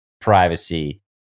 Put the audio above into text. privacy